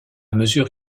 mesure